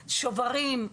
שוברים,